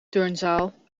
turnzaal